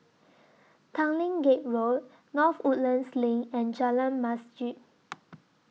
Tanglin Gate Road North Woodlands LINK and Jalan Masjid